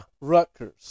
Rutgers